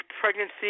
pregnancy